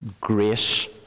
grace